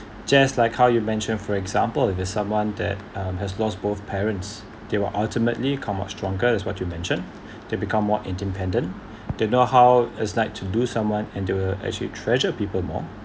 just like how you mentioned for example if someone that um has lost both parents they will ultimately come out stronger as what you mentioned they become more independent they know how as like to do someone and they will actually treasure people more